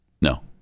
No